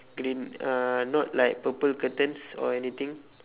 green uh not like purple curtains or anything